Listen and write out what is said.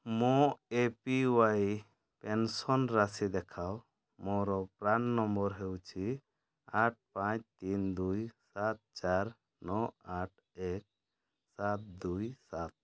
ମୋ A P Y pension ରାଶି ଦେଖାଅ ମୋର ପ୍ରାନ୍ ନମ୍ବର ହେଉଛି ଆଠ ପାଞ୍ଚ ତିନି ଦୁଇ ସାତ ଚାରି ନଅ ଆଠ ଏକ ସାତ ଦୁଇ ସାତ